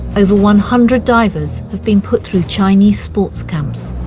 over one hundred divers have been put through chinese sports camps.